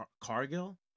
Cargill